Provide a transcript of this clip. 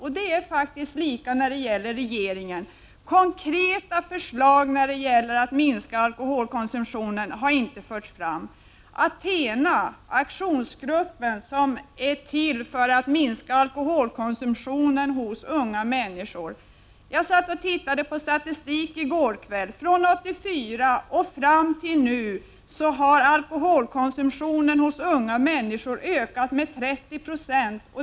Jag kan här även vända mig till regeringen; konkreta förslag för att minska alkoholkonsumtionen har inte förts fram. Jag satt i går kväll och tittade på statistik. Från 1984 har alkoholkonsum tionen hos unga människor ökat med 30 20.